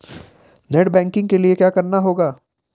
Net banking के लिए क्या करना होगा?